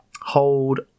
hold